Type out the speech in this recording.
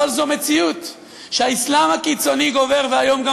אבל זאת מציאות שהאסלאם הקיצוני גובר והיום גם